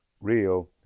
real